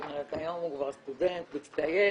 היום הוא כבר סטודנט מצטיין,